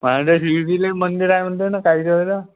माझ्याकडे शिर्डीला मंदिर आहे म्हणते ना काही काही वेळेला